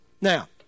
Now